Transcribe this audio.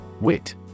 Wit